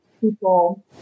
people